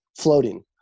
floating